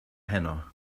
heno